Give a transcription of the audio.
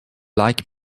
like